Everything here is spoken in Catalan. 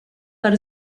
per